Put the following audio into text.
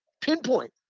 pinpoint